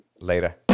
later